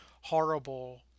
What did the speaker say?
horrible